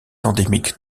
endémique